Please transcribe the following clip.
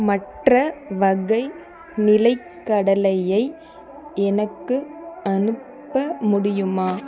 மற்ற வகை நிலைக்கடலையை எனக்கு அனுப்ப முடியுமா